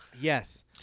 yes